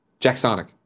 Jacksonic